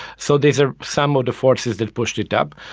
so these are some of the forces that pushed it up.